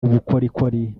ubukorikori